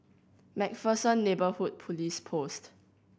Macpherson Neighbourhood Police Post